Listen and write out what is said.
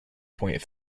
point